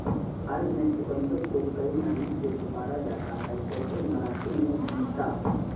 भारत में चुकंदर को कई नामों से पुकारा जाता है जैसे मराठी में बीता